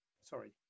sorry